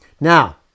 Now